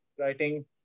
writing